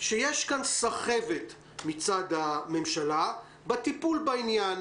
שיש כאן סחבת מצד הממשלה בטיפול בעניין.